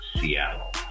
Seattle